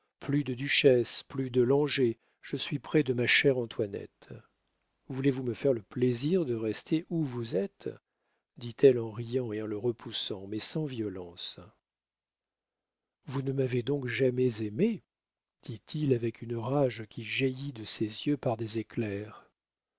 plus de duchesse plus de langeais je suis près de ma chère antoinette voulez-vous me faire le plaisir de rester où vous êtes dit-elle en riant et en le repoussant mais sans violence vous ne m'avez donc jamais aimé dit-il avec une rage qui jaillit de ses yeux par des éclairs